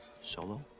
Solo